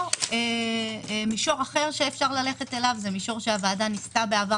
או מישור אחר שניתן ללכת אליו הוא מישור שהוועדה ניסתה בעבר